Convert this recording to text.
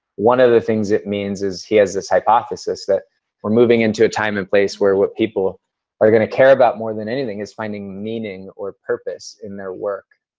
one of the things it means is he has this hypothesis that we're moving into time and place where what people are gonna care about more than anything is finding meaning or purpose in their work.